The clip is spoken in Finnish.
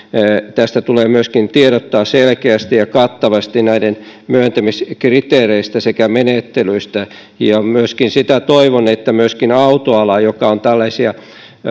tulee myöskin tiedottaa selkeästi ja kattavasti sekä näiden myöntämiskriteereistä että menettelyistä myöskin sitä toivon että autoala joka on tällaisia